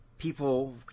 People